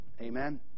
Amen